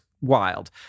wild